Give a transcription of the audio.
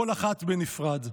כל אחת בנפרד.